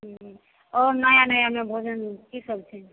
हूँ आओर नया नयामे भोजन की सब छै